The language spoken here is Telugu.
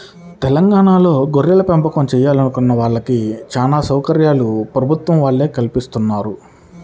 తెలంగాణాలో గొర్రెలపెంపకం చేయాలనుకునే వాళ్ళకి చానా సౌకర్యాలు ప్రభుత్వం వాళ్ళే కల్పిత్తన్నారు